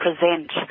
present